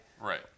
Right